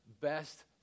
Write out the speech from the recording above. best